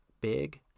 Big